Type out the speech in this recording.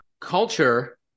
Culture